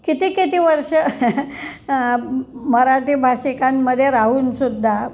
किती किती वर्ष मराठी भाषिकांमध्ये राहूनसुद्धा